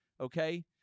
okay